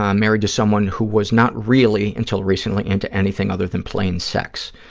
um married to someone who was not really until recently into anything other than plain sex.